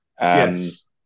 Yes